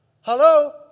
Hello